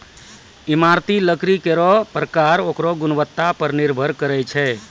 इमारती लकड़ी केरो परकार ओकरो गुणवत्ता पर निर्भर करै छै